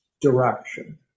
direction